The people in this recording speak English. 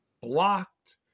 blocked